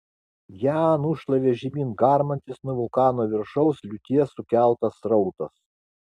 ją nušlavė žemyn garmantis nuo vulkano viršaus liūties sukeltas srautas